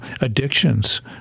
addictions